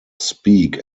speak